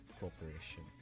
corporation